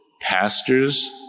pastors